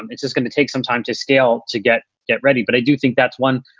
um it's just gonna take some time to scale to get get ready. but i do think that's one.